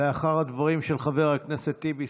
לאחר הדברים של חבר הכנסת טיבי,